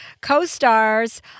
co-stars